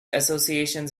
associations